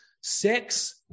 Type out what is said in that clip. six